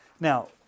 Now